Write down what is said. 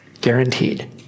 Guaranteed